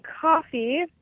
coffee